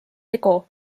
ego